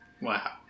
Wow